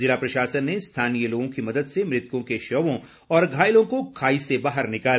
जिला प्रशासन ने स्थानीय लोगों की मदद से मृतकों के शवों और घायलों को खाई से बाहर निकाला